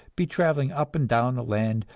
be traveling up and down the land,